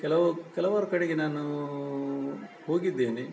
ಕೆಲವು ಕೆಲವಾರು ಕಡೆಗೆ ನಾನೂ ಹೋಗಿದ್ದೇನೆ